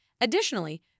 Additionally